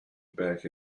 back